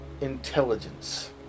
intelligence